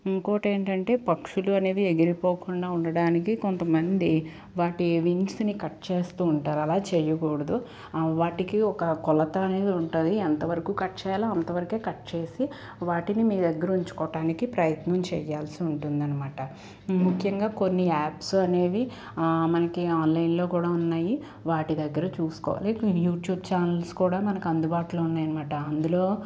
ఇంకోటి ఏంటంటే పక్షులు అనేవి ఎగిరిపోకుండా ఉండడానికి కొంతమంది వాటి వింగ్స్ని కట్ చేస్తూ ఉంటారు అలా చేయకూడదు వాటికి ఒక కొలత అనేది ఉంటుంది ఎంతవరకు కట్ చేయాలో అంతవరకే కట్ చేసి వాటిని మీ దగ్గర ఉంచుకోటానికి ప్రయత్నం చేయాల్సి ఉంటుందన్నమాట ముఖ్యంగా కొన్ని యాప్స్ అనేవి మనకి ఆన్లైన్లో కూడా ఉన్నాయి వాటి దగ్గర చూసుకోవాలి యూట్యూబ్ ఛానల్స్ కూడా మనకు అందుబాటులో ఉన్నాయనమాట అందులో